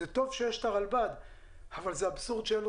זה טוב שיש את הרלב"ד אבל זה אבסורד שאין לה